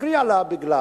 מפריע לה בגלל